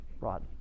Rod